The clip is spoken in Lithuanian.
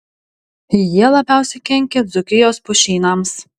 jie labiausiai kenkia dzūkijos pušynams